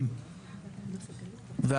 יצרנים פרטיים.